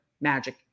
Magic